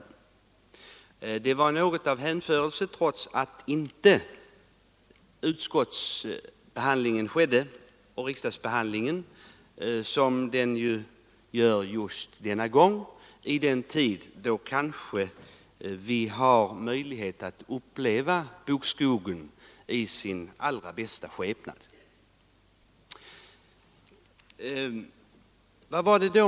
Ja, det var något av hänförelse trots att riksdagsbehandlingen inte som nu skedde vid den tid på året då vi har möjlighet att uppleva bokskogen i dess allra bästa skepnad.